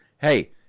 Hey